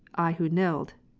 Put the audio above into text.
who nilled,